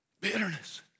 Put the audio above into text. bitterness